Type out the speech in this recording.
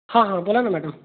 हां हां बोला ना मॅडम